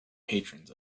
patrons